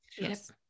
yes